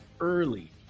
early